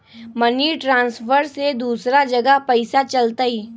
Money transfer से दूसरा जगह पईसा चलतई?